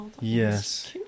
Yes